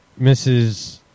Mrs